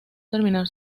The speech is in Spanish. terminar